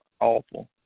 awful